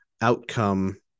outcome